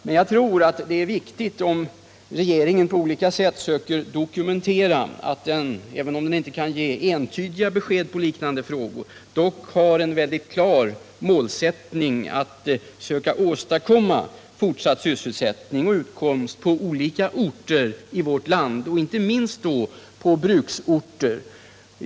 Men jag tycker det är viktigt att regeringen på olika sätt söker dokumentera och, även om den inte kan ge entydiga besked på liknande frågor, har en mycket klar målsättning — att söka åstadkomma fortsatt sysselsättning och utkomst på olika orter i vårt land, inte minst på bruksorter.